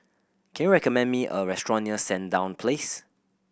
can you recommend me a restaurant near Sandown Place